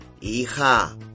...hija